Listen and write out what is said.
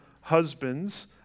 husbands